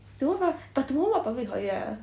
no but but tomorrow not public holiday ah